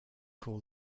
call